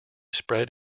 spread